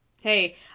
Hey